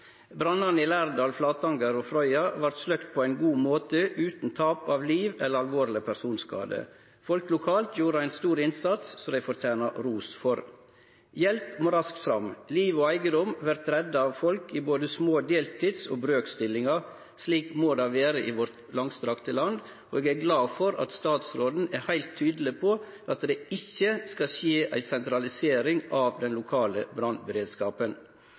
Brannane i Lærdal, Flatanger og Frøya vart sløkte på ein god måte, utan tap av liv og utan alvorleg personskade. Folk lokalt gjorde ein stor innsats, som dei fortener ros for. Hjelpa må raskt fram. Liv og eigedom vert redda av folk i både små deltids- og brøkstillingar. Slik må det vere i vårt langstrekte land, og eg er glad for at statsråden er heilt tydeleg på at det ikkje skal skje ei sentralisering av den lokale brannberedskapen.